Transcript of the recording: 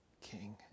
King